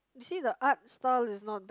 you see the art style is not bad